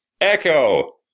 Echo